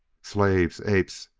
slaves! apes!